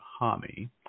Hami